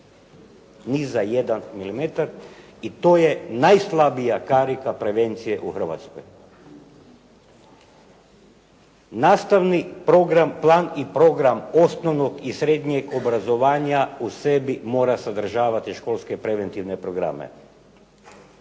milimetar i to je najslabija karika prevencije u Hrvatskoj. Nastavni plan i program osnovnog i srednjeg obrazovanja mora u sebi sadržavati preventivne školske